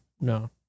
no